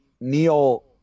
Neil